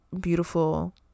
beautiful